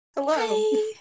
Hello